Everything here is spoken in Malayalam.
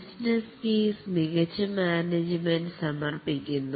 ബിസിനസ് കേസ് മികച്ച മാനേജ്മെൻറ് സമർപ്പിക്കുന്നു